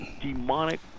demonic